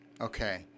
Okay